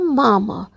mama